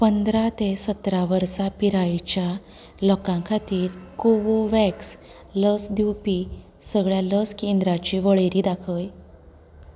पंदरा ते सतरा वर्सा पिरायेच्या लोकां खातीर कोवोव्हॅक्स लस दिवपी सगळ्या लस केंद्रांची वळेरी दाखय